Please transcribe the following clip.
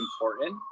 important